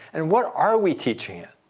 and what are we teaching it?